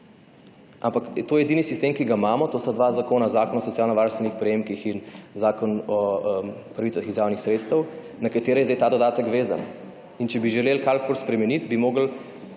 Ampak to je edini sistem, ki ga imamo, to sta dva zakona, Zakon o socialno-varstvenih prejemkih in Zakon o pravicah iz javnih sredstev, na katere je zdaj ta dodatek vezan in če bi želeli karkoli spremeniti bi mogli